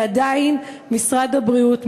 ועדיין משרד הבריאות,